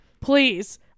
Please